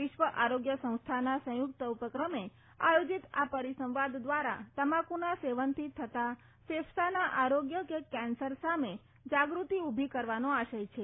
વિશ્વ આરોગ્ય સંસ્થાના સંયુક્ત ઉપક્રમ આયોજીત આ પરિસંવાદ દ્વારા તમાકુના સેવનથી થતા ફેફસાંના આરોગ્ય કે કેન્સર સામે જાગૃતિ ઉભી કરવાનો આશય છે